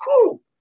cool